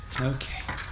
Okay